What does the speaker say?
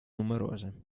numerose